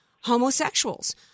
homosexuals